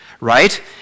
right